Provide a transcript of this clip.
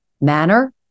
manner